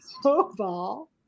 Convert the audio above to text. Snowball